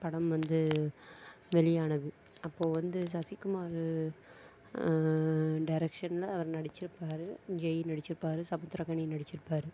படம் வந்து வெளியானது அப்போது வந்து சசி குமார் டைரெக்ஷன்ல அவர் நடிச்சிருப்பார் ஜெய் நடிச்சிருப்பார் சமுத்திரக்கனி நடிச்சிருப்பார்